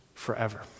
Forever